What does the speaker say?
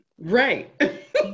right